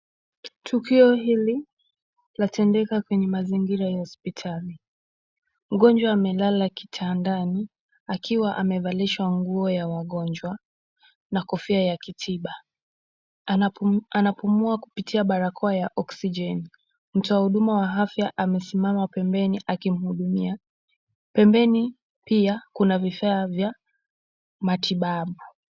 Tukio hili latendeka kwenye mazingira ya hospitali, mgonjwa amelala kitandani, akiwa amevalishwa nguo ya wangonjwa na kofia ya kitiba, anapumua kupitia barakoa ya oxijeni, mtu wa hudua wa afya amesimama pembeni akimhudumia, pembeni pai kuna vifaa vya matibabu.